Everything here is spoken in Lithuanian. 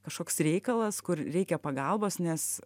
kažkoks reikalas kur reikia pagalbos nes